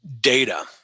data